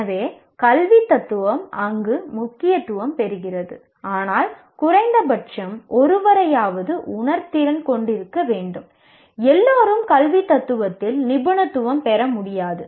எனவே கல்வித் தத்துவம் அங்கு முக்கியத்துவம் பெறுகிறது ஆனால் குறைந்தபட்சம் ஒருவரையாவது உணர்திறன் கொண்டிருக்க வேண்டும் எல்லோரும் கல்வித் தத்துவத்தில் நிபுணத்துவம் பெற முடியாது